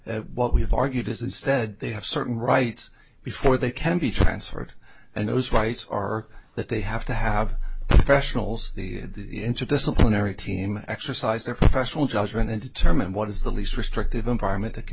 what we have argued is instead they have certain rights before they can be transferred and those rights are that they have to have rationals the interdisciplinary team exercise their professional judgment and determine what is the least restrictive environment that can